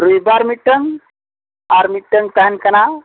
ᱨᱚᱵᱤ ᱵᱟᱨ ᱢᱤᱫᱴᱟᱹᱝ ᱟᱨ ᱢᱤᱫᱴᱟᱹᱝ ᱛᱟᱦᱮᱱ ᱠᱟᱱᱟ